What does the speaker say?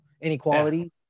inequality